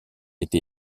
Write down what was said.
été